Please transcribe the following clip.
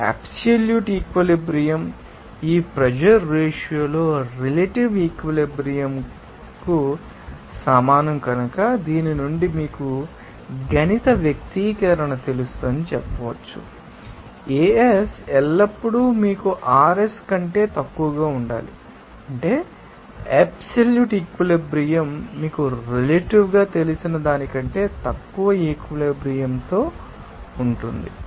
absolute equilibrium త ఈ pressure ratio లో రిలేటివ్ ఈక్విలిబ్రియం తకు సమానం కనుక దీని నుండి మీకు గణిత వ్యక్తీకరణ తెలుసు అని చెప్పవచ్చు AS ఎల్లప్పుడూ మీకు RS కంటే తక్కువగా ఉండాలి అంటే అబ్సల్యూట్ ఈక్విలిబ్రియం త మీకు రిలేటివ్ ంగా తెలిసిన దానికంటే తక్కువగా ఈక్విలిబ్రియం త ఉంటుంది